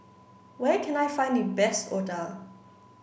where can I find the best Otah